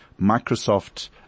Microsoft